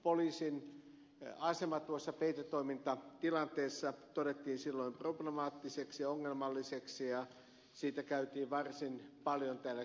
poliisin asema tuossa peitetoimintatilanteessa todettiin silloin problemaattiseksi ja ongelmalliseksi ja siitä käytiin varsin paljon täällä keskustelua